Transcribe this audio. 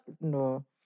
No